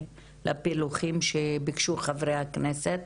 לפילוחים שביקשו חברי הכנסת,